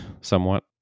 somewhat